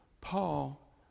Paul